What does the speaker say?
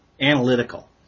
analytical